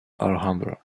alhambra